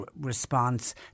response